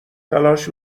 تلاش